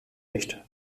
nicht